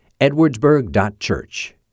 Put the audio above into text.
edwardsburg.church